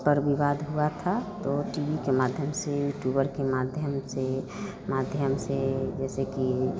पर विवाद हुआ था तो टी वी के माध्यम से यूट्यूबर के माध्यम से माध्यम से जैसे कि